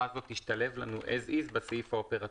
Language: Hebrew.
הזאת תשתלב לנו כפי שהיא בסעיף האופרטיבי.